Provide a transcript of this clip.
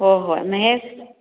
ꯍꯣꯏ ꯍꯣꯏ ꯃꯍꯦꯁ